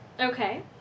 Okay